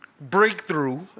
Breakthrough